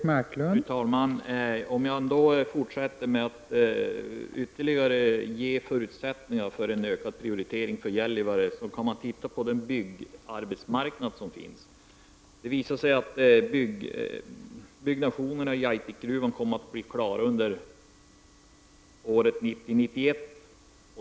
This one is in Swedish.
Fru talman! Om man vill ha ytterligare förutsättningar för en ökad prioritering av Gällivare polishus kan man se på den byggarbetsmarknad som finns. Bygget i Aitikgruvan kommer att bli klart under 1990-1991.